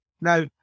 now